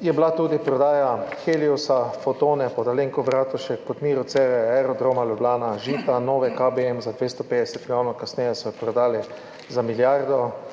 je bila tudi prodaja Heliosa, Fotone pod Alenko Bratušek, pod Miro Cerar, Aerodroma Ljubljana, Žita, Nove KBM za 250 milijonov, kasneje so jo prodali za milijardo,